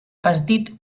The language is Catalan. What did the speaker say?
partit